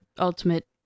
ultimate